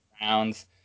rounds